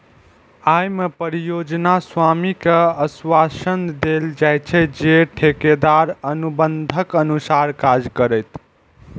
अय मे परियोजना स्वामी कें आश्वासन देल जाइ छै, जे ठेकेदार अनुबंधक अनुसार काज करतै